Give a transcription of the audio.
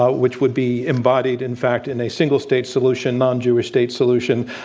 ah which would be embodied, in fact, in a single-state solution, non-jewish state solution.